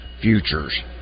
futures